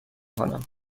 کنم